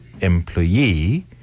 employee